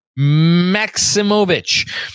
Maximovich